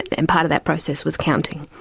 and part of that process was counting.